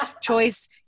Choice